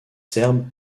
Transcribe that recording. serbe